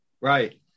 Right